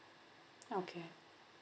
okay